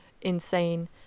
insane